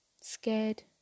scared